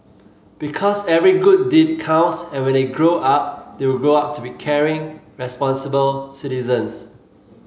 because every good deed counts and when they grow up they will grow up to be caring responsible citizens